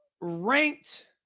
ranked